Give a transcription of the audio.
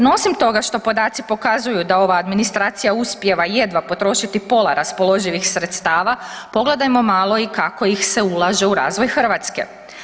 No, osim toga što podaci pokazuju da ova administracija uspijeva jedva potrošiti pola raspoloživih sredstava, pogledajmo malo i kako ih se ulaže u razvoj Hrvatske.